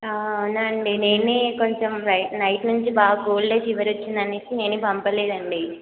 అవునండి నేనే కొంచెం నైట్ నుంచి బాగా కోల్డ్ ఫీవర్ వచ్చింది అని నేను పంపలేదండి